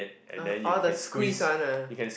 uh the squeeze one ah